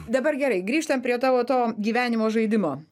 dabar gerai grįžtam prie tavo to gyvenimo žaidimo